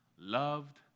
Loved